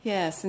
Yes